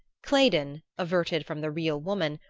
claydon, averted from the real woman,